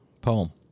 poem